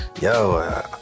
yo